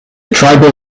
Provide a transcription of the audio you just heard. tribal